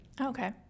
Okay